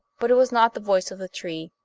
but it was not the voice of the tree.